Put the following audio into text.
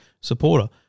supporter